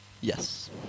Yes